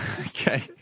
Okay